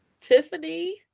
Tiffany